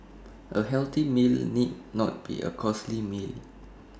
A healthy meal need not be A costly meal